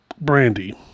Brandy